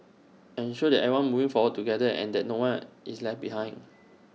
ensure that everyone moving forward together and that no one is left behind